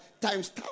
times